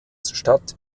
stadt